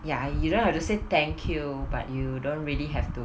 ya you don't have to say thank you but you don't really have to